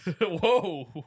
Whoa